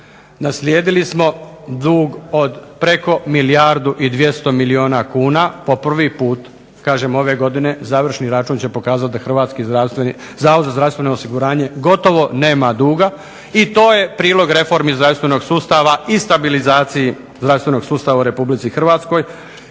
Naslijedili smo dug od preko milijardu i 200 milijuna kuna, po prvi put kažem ove godine završni račun će pokazat da Hrvatski zavod za zdravstveno osiguranje gotovo nema duga i to je prilog reformi zdravstvenog sustava i stabilizaciji zdravstvenog sustava u Republici Hrvatskoj.